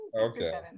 okay